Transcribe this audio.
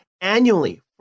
annually